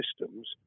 systems